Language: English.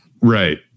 right